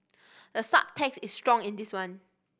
the subtext is strong in this one